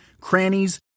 crannies